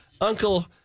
uncle